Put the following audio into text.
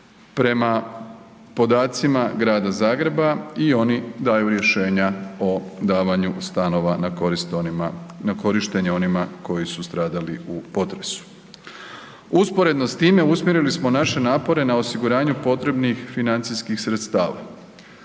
Prema podacima Grada Zagreba i oni daju rješenja o davanju stanova na korištenje onima koji su stradali u potresu. Usporedno s time usmjerili smo naše napore na osiguranju potrebnih financijskih sredstava.